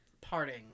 parting